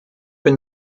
bin